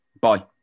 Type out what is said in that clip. Bye